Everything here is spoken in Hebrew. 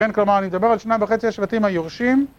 בין כלומר אני מדבר על שנים וחצי השבטים היורשים